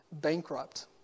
bankrupt